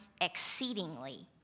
exceedingly